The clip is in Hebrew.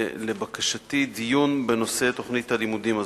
לבקשתי, דיון בנושא תוכנית הלימודים הזאת.